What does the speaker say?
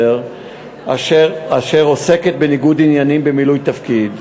אשר עוסקת בניגוד עניינים במילוי תפקיד.